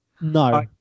No